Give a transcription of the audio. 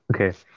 Okay